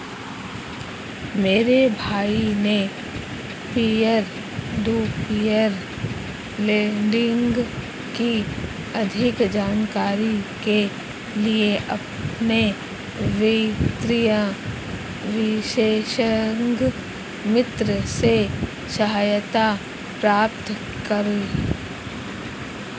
मेरे भाई ने पियर टू पियर लेंडिंग की अधिक जानकारी के लिए अपने वित्तीय विशेषज्ञ मित्र से सहायता प्राप्त करी